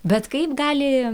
bet kaip gali